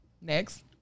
Next